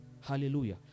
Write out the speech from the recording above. hallelujah